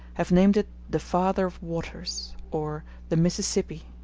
have named it the father of waters, or the mississippi.